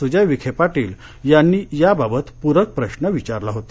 सूजय विखे पाटील यांनी याबाबत पूरक प्रश्न विचारला होता